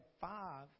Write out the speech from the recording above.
five